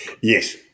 Yes